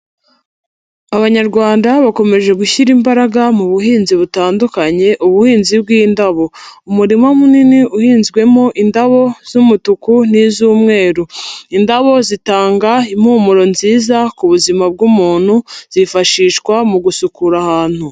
Abanyarwanda bakomeje gushyira imbaraga mu buhinzi butandukanye, ubuhinzi bw'indabo, umurima munini uhinzwemo indabo z'umutuku n'iz'umweru, indabo zitanga impumuro nziza ku buzima bw'umuntu, zifashishwa mu gusukura ahantu.